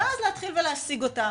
ואז להתחיל ולהשיג אותם.